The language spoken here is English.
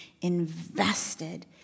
invested